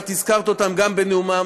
את הזכרת אותם גם בנאומך,